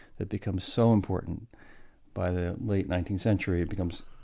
it becomes so important by the late nineteenth century, it becomes